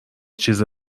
چیزی